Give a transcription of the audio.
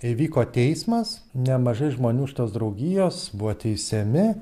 įvyko teismas nemažai žmonių iš tos draugijos buvo teisiami